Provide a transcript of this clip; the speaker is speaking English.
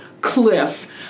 cliff